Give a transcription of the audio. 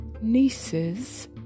nieces